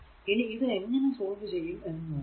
ഇനി ഇത് എങ്ങനെ സോൾവ് ചെയ്യും എന്ന് നോക്കുക